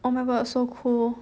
oh my god so cool